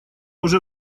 уже